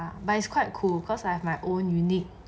but it's quite cool cause I have my own unique